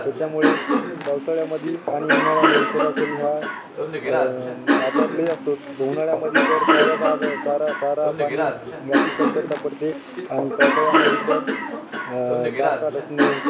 त्याच्यामुळे पावसाळ्यामध्ये आणि उन्हाळ्यामध्ये सरासरी ह्या आजार लई असतो उन्हाळ्यामध्ये तर चाऱ्याचा आजार चारा चारा पाणी याची कमतरता पडते आणि पावसाळ्यामध्ये तर डासा डसणे